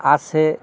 আছে